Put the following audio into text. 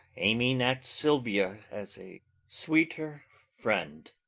aiming at silvia as a sweeter friend.